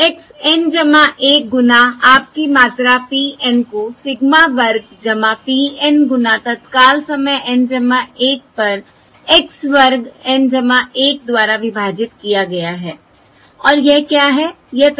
x N 1 गुना आपकी मात्रा p N को सिग्मा वर्ग p N गुना तत्काल समय N 1 पर x वर्ग N 1 द्वारा विभाजित किया गया है और यह क्या है